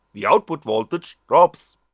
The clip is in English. the output voltage drops.